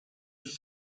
yüz